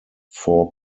four